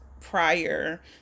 prior